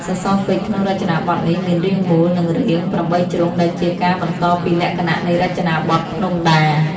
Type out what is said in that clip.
សសរពេជ្រក្នុងរចនាបថនេះមាន រាងមូល និងរាង ៨ជ្រុង ដែលជាការបន្តពីលក្ខណៈនៃរចនាបថភ្នំដា ។